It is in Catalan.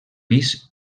pis